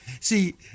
See